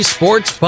Sports